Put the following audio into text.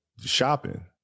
shopping